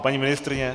Paní ministryně?